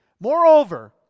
Moreover